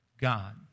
God